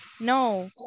No